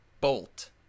bolt